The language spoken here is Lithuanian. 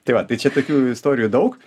tai va tai čia tokių istorijų daug